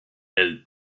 elle